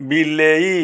ବିଲେଇ